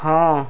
ହଁ